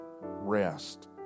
rest